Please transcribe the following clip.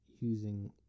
using